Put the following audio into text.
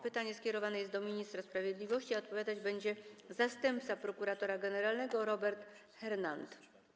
Pytanie skierowane jest do ministra sprawiedliwości, a odpowiadać będzie zastępca prokuratora generalnego Robert Hernand.